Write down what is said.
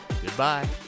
Goodbye